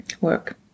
work